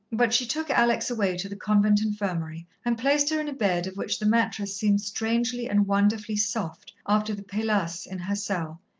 but she took alex away to the convent infirmary, and placed her in a bed of which the mattress seemed strangely and wonderfully soft after the paillasse in her cell,